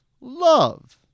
love